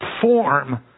form